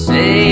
Say